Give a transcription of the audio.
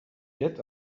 yet